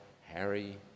Harry